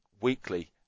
weekly